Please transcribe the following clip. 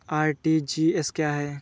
RTGS क्या है?